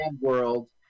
World